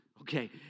Okay